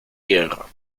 hierro